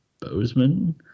Bozeman